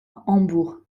hambourg